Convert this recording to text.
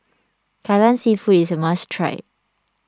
Kai Lan Seafood is a must try